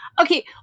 Okay